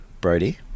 Brody